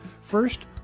first